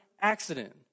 accident